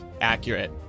accurate